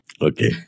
Okay